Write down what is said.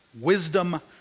wisdom